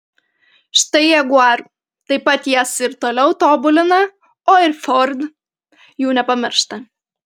štai jaguar taip pat jas ir toliau tobulina o ir ford jų nepamiršta